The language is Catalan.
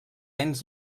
ens